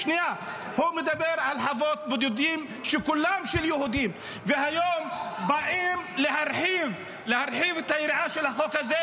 בין אם זה של יהודים ובין אם זה של בדואים.